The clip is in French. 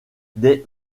des